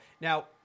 Now